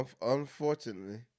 Unfortunately